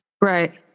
Right